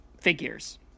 figures